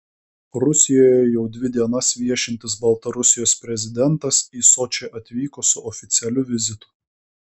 rusijoje jau dvi dienas viešintis baltarusijos prezidentas į sočį atvyko su oficialiu vizitu